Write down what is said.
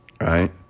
Right